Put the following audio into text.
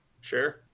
Sure